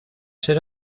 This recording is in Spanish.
ser